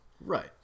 Right